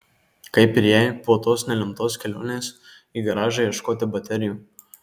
kaip ir jai po tos nelemtos kelionės į garažą ieškoti baterijų